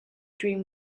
dream